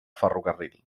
ferrocarril